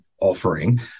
offering